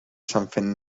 something